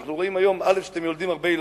שאנחנו רואים היום שאתם מולידים הרבה ילדים.